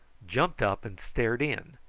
jumped up and stared in,